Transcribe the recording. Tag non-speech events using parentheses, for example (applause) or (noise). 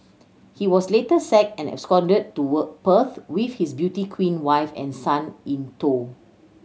he was later sacked and absconded to (unintelligible) Perth with his beauty queen wife and son in tow